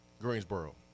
Greensboro